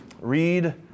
Read